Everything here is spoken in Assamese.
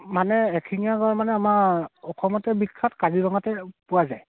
মানে এশিঙীয়া গঁড় মানে আমাৰ অসমতে বিখ্যাত কাজিৰঙাতে পোৱা যায়